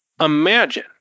Imagine